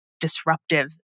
disruptive